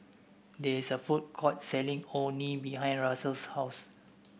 there is a food court selling Orh Nee behind Russell's house